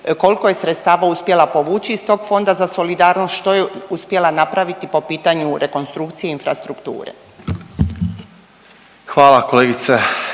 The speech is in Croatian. kolko je sredstava uspjela povući iz tog Fonda za solidarnost, što je uspjela napraviti po pitanju rekonstrukcije infrastrukture? **Okroša,